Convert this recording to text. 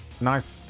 Nice